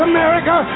America